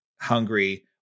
hungry